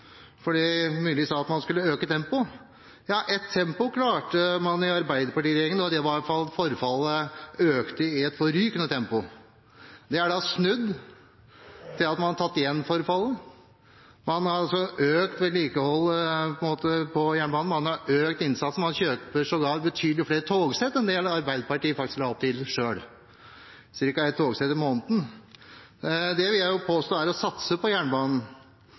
Myrli sa at man skulle øke tempoet. Ja, ett tempo klarte man å øke i Arbeiderparti-regjeringen: Forfallet økte i et forrykende tempo. Det er nå snudd ved at man har tatt igjen forfallet – man har altså økt vedlikeholdet på jernbanen, man har økt innsatsen, og man kjøper sågar betydelig flere togsett enn det Arbeiderpartiet la opp til, ca. ett togsett i måneden. Dét vil jeg påstå er å satse på jernbanen.